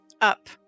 Up